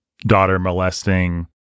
daughter-molesting